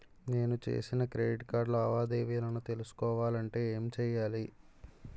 నేను చేసిన credit card లావాదేవీలను తెలుసుకోవాలంటే ఏం చేయాలి?